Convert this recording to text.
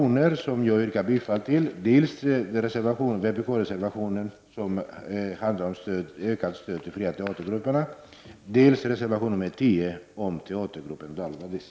Jag yrkar bifall till två reservationer, dels vpk-reservationen om ökat stöd till de fria teatergrupperna, dels reservation 10 om teatergruppen Dalvadis.